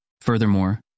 Furthermore